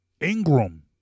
Ingram